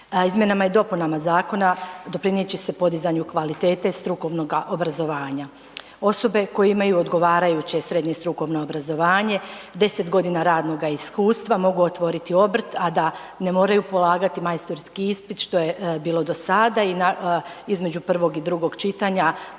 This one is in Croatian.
Izmjenama i dopunama zakona doprinijet će se podizanju kvalitete strukovnoga obrazovanja. Osobe koje imaju odgovarajuće srednje strukovno obrazovanje 10 godina radnoga iskustava mogu otvoriti obrt, a da ne moraju polagati majstorski ispit što je bilo do sada i između prvog i drugo čitanja